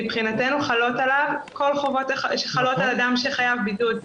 מבחינתנו חלות עליו כל החובות שחלות על אדם שחייב בידוד,